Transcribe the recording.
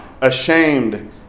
ashamed